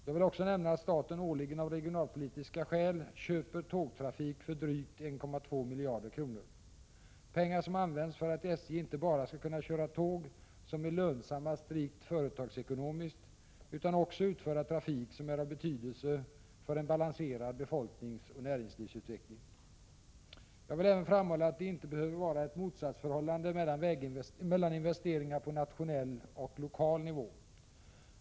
Jag vill också nämna att staten årligen av regionalpolitiska skäl köper tågtrafik för drygt 1,2 miljarder kronor, pengar som används för att SJ inte bara skall kunna köra tåg som är lönsamma strikt företagsekonomiskt utan också utföra trafik som är av betydelse för en balanserad befolkningsoch näringslivsutveckling. Jag vill även framhålla att det inte behöver vara ett motsatsförhållande mellan investeringar på nationell och lokal nivå.